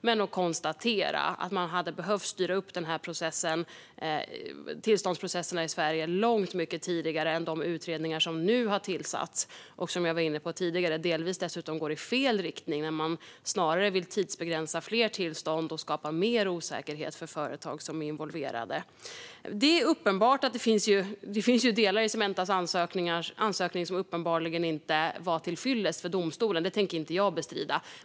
Men vi kan konstatera att man hade behövt styra upp dessa tillståndsprocesser i Sverige långt mycket tidigare än de utredningar som nu har tillsatts - och som, vilket jag var inne på tidigare, dessutom delvis går i fel riktning genom att man snarare vill tidsbegränsa fler tillstånd och skapa mer osäkerhet för företag som är involverade. Det är uppenbart att det finns delar i Cementas ansökan som inte var till fyllest för domstolen; det tänker jag inte bestrida.